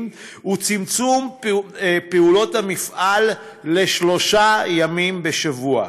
ועל צמצום פעולות המפעל לשלושה ימים בשבוע,